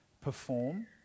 Perform